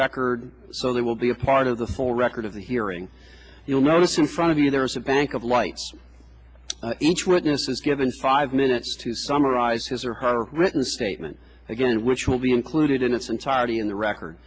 record so they will be a part of the full record of the hearing you will notice in front of the there is a bank of lights each witness is given five minutes to summarize his or her written statement and which will be included in its entirety in the record